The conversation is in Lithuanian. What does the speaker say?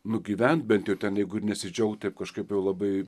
nugyventi bent jų ten nesidžiaugti kažkaip labai